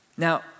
Now